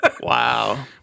Wow